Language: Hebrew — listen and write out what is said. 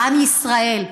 בני ישראל.